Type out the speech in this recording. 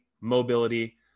mobility